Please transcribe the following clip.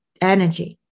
energy